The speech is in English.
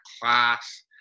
class